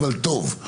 אבל טוב,